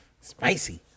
spicy